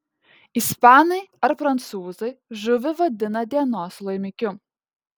ispanai ar prancūzai žuvį vadina dienos laimikiu